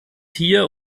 hier